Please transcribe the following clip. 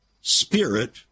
spirit